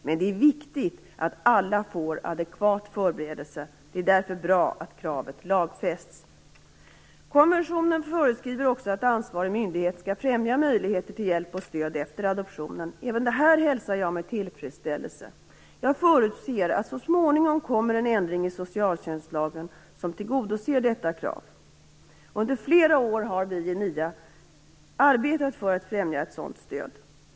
Men det är viktigt att alla får adekvat förberedelse. Det är därför bra att kravet lagfästs. Konventionen föreskriver också att den ansvariga myndigheten skall främja möjligheter till hjälp och stöd efter adoptionen. Även det hälsar jag med tillfredsställelse. Jag förutser att det så småningom kommer en ändring i socialtjänstlagen som tillgodoser detta krav. Under flera år har vi i NIA arbetat för att främja ett sådan stöd.